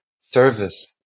service